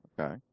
okay